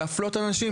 להפלות אנשים,